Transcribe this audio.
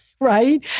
right